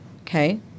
Okay